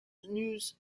news